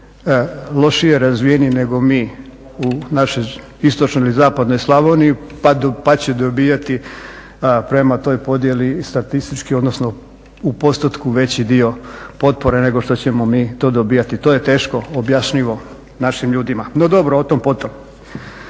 lošije razvijeni nego mi u našoj istočnoj ili zapadnoj Slavoniji pa će dobivati prema toj podjeli statistički odnosno u postotku veći dio potpora nego što ćemo mi to dobivati. To je teško objašnjivo našim ljudima. No dobro, o tom po tom.